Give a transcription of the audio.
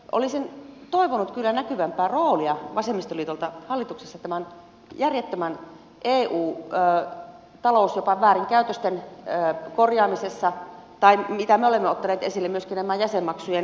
olisin toivonut kyllä näkyvämpää roolia vasemmistoliitolta hallituksessa tämän järjettömän eu talouden jopa väärinkäytösten korjaamisessa tai mitä me olemme ottaneet esille myöskin nämä jäsenmaksujen helpotukset